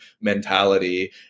mentality